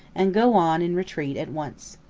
and go on in retreat at once.